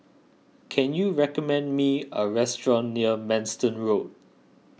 can you recommend me a restaurant near Manston Road